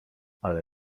ale